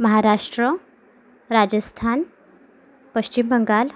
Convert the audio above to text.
Maharashtra Rajasthan Paschim Bengal